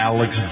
Alex